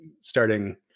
starting